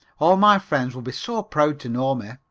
all my friends would be so proud to know me.